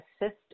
assist